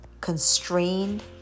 constrained